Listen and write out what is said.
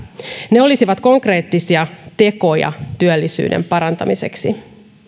ne olisivat konkreettisia tekoja työllisyyden parantamiseksi